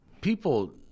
People